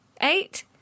eight